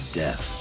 death